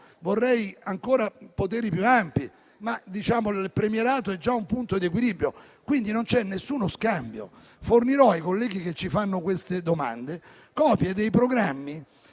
vorrei poteri ancora più ampi, ma il premierato è già un punto di equilibrio, quindi non c'è alcuno scambio. Fornirò ai colleghi che ci fanno queste domande copie dei programmi